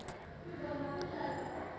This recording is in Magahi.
हर देशेर रुपयार अपना प्रकार देखाल जवा सक छे